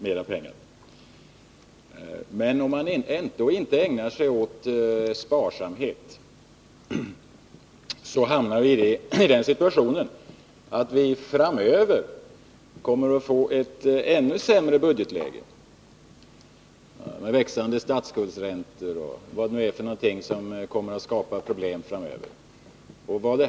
Men om man inte är sparsam kommer vi framöver att få ett ännu sämre budgetläge. Bl. a. växande statsskuldsräntor kommer att skapa problem framöver.